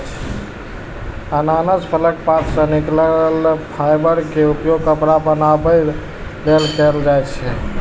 अनानास फलक पात सं निकलल फाइबर के उपयोग कपड़ा बनाबै लेल कैल जाइ छै